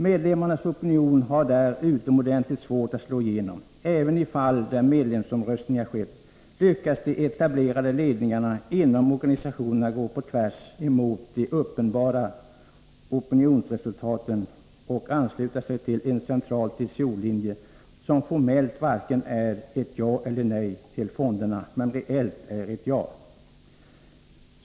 Medlemmarnas opinion har där utomordentligt svårt att slå igenom. Även i fall där medlemsomröstningar skett lyckas de etablerade ledningarna inom organisationerna gå på tvärs emot de uppenbara opinionsresultaten och ansluta sig till en central TCO-linje som formellt är varken ja eller ett nej till fonderna men reellt är ett ja.